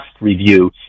review